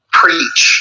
preach